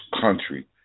country